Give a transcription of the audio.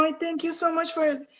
like thank you so much for,